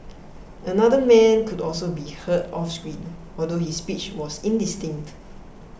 another man could also be heard off screen although his speech was indistinct